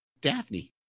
daphne